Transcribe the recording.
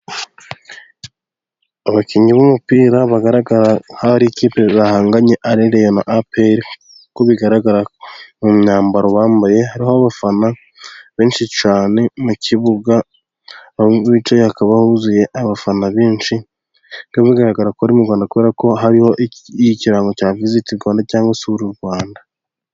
Abakinnyi b'umupira bagaragara nk'aho ari ikipe bahanganye ari Rayon na APRa kuko bigaragara mu myambaro bambaye hariho abafana benshi cyane mu kibuga bicaye hakaba huzuye abafana benshi bagaragara ko ari mu Rwanda kuko hariho ikirango cya VISIT Rwanda cyangwa isura y'u Rwanda.